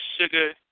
sugar